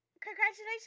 congratulations